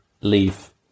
leave